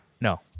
No